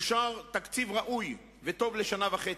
אושר תקציב ראוי וטוב לשנה וחצי,